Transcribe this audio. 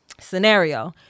Scenario